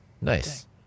Nice